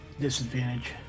Disadvantage